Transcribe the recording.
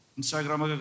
Instagram